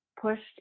pushed